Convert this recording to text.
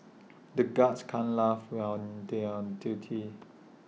the guards can't laugh while they're on duty